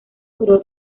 duró